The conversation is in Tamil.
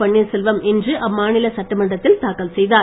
பன்னீர்செல்வம் இன்று அம்மாநில சட்டமன்றத்தில் தாக்கல் செய்தார்